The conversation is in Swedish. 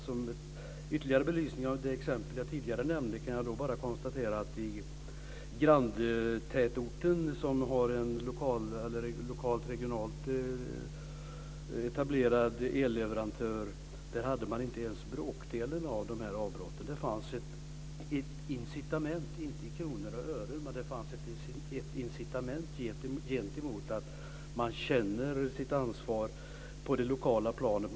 Som ytterligare belysning av ett exempel som jag tidigare nämnde kan jag bara konstatera att i granntätorten, som har en lokalt, regionalt, etablerad elleverantör, hade man inte ens bråkdelen av de här avbrotten. Det fanns ett incitament - inte i kronor i ören. Det fanns ett incitament på så sätt att man känner sitt ansvar på det lokala planet.